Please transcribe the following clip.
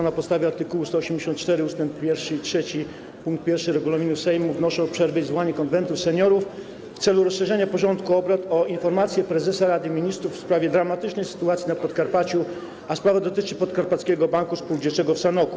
Na podstawie art. 184 ust. 1 i 3 pkt 1 regulaminu Sejmu wnoszę o przerwę i zwołanie Konwentu Seniorów w celu rozszerzenia porządku obrad o informację prezesa Rady Ministrów w sprawie dramatycznej sytuacji na Podkarpaciu, a sprawa dotyczy Podkarpackiego Banku Spółdzielczego w Sanoku.